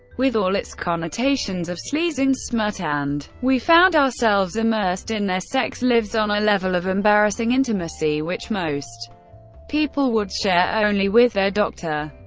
with all its connotations of sleaze and smut and we found ourselves immersed in their sex lives on a level of embarrassing intimacy which most people would share only with their doctor.